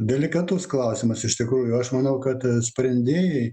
delikatus klausimas iš tikrųjų aš manau kad sprendėjai